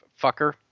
fucker